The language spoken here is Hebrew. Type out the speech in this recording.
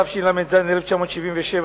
התשל"ז 1977,